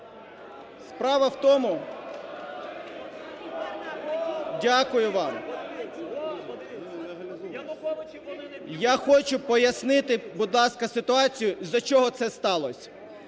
(Шум у залі) Дякую вам. Я хочу пояснити, будь ласка, ситуацію, з-за чого це сталося.